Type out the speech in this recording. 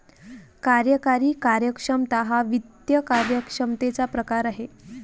कार्यकारी कार्यक्षमता हा वित्त कार्यक्षमतेचा प्रकार आहे